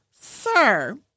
sir